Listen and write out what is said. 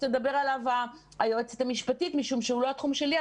תדבר עליו היועצת המשפטית משום שהוא לא התחום שלי.